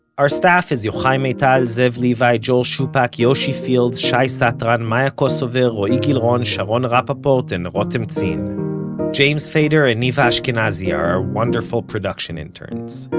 our staff is yochai maital, zev levi, joel shupack, yoshi fields, shai satran, maya kosover, roee gilron, sharon rapaport and ah rotem zin. james feder and niva ashkenazi are our wonderful production interns.